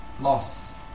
loss